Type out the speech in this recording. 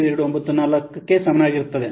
8294 ಗೆ ಸಮಾನವಾಗಿರುತ್ತದೆ